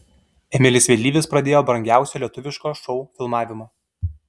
emilis vėlyvis pradėjo brangiausio lietuviško šou filmavimą